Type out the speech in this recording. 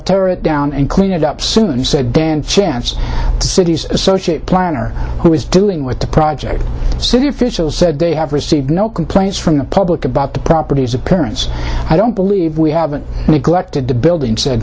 tear it down and clean it up soon said dan chance city's associate planner who is doing with the project city officials said they have received no complaints from the public about the properties appearance i don't believe we have been neglected the building said